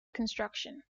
construction